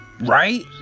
right